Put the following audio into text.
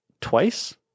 twice